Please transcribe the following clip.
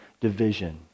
division